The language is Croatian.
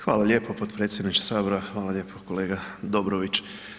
Hvala lijepo potpredsjedniče Sabora, hvala lijepo kolega Dobrović.